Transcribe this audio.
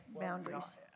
boundaries